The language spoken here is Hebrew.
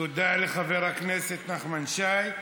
תודה לחבר הכנסת נחמן שי.